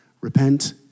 Repent